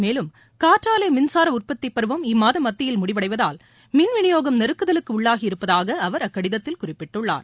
மேலும் காற்றாலை மின்சார உற்பத்திப்பருவம் இம்மாத மத்தியில் முடிவடைவதால் மின் விநியோகம் நெருக்குதலுக்கு உள்ளாகியிருப்பதாக அவர் அக்கடிதத்தில் குறிப்பிட்டுள்ளார்